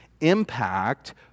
impact